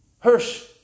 Hirsch